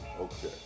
Okay